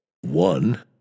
One